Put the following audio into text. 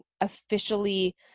officially